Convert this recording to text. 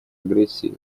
агрессии